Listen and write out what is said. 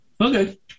Okay